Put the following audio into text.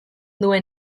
duen